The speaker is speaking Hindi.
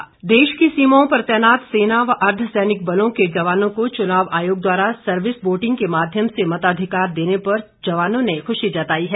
सर्विस वोटिंग देश की सीमाओं पर तैनात सेना व अर्धसैनिक बलों के जवानों को चुनाव आयोग द्वारा सर्विस वोटिंग के माध्यम से मताधिकार देने पर जवानों ने खुशी जताई है